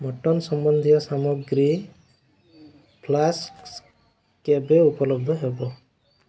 mutton ସମ୍ବନ୍ଧୀୟ ସାମଗ୍ରୀ flask କେବେ ଉପଲବ୍ଧ ହେବ